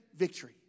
victory